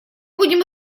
будем